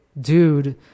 dude